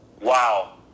Wow